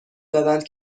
دادند